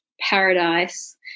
paradise